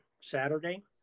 Saturday